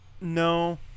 no